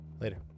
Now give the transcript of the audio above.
later